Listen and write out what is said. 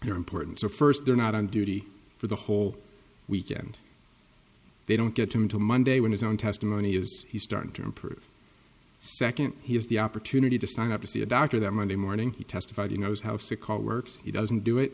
are important so first they're not on duty for the whole weekend they don't get time to monday when his own testimony is he started to improve second he has the opportunity to sign up to see a doctor that monday morning he testified he knows how sick call works he doesn't do it